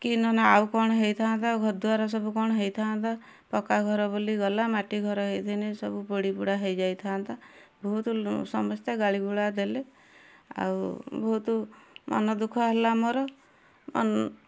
କି ନହେନେ ଆଉ କଣ ହେଇଥାନ୍ତା ଘରଦ୍ୱାର ସବୁ କଣ ହେଇଥାନ୍ତା ପକ୍କା ଘର ବୋଲି ମାଟିଘର ହେଇଥିନେ ସବୁ ପୋଡ଼ିପୁଡ଼ା ହେଇ ଯାଇଥାଆନ୍ତା ବହୁତ ସମସ୍ତେ ଗାଳିଗୁଳା ଦେଲେ ଆଉ ବହୁତ ମନଦୁଃଖ ହେଲା ମୋର